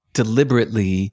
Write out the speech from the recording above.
deliberately